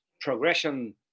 progression